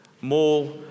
more